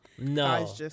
No